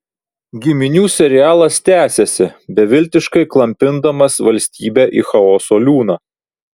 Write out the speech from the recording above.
giminių serialas tęsiasi beviltiškai klampindamas valstybę į chaoso liūną